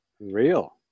Real